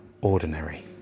ordinary